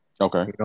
okay